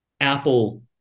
Apple